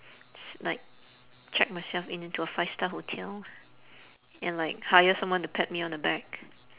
s~ like check myself in into a five star hotel and like hire someone to pat me on the back